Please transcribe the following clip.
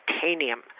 titanium